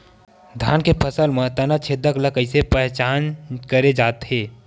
धान के फसल म तना छेदक ल कइसे पहचान करे जाथे?